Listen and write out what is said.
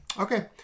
Okay